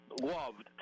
loved